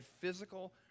physical